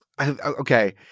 Okay